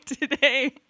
Today